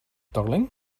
darling